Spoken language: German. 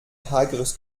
hageres